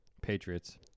Patriots